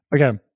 okay